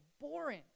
boring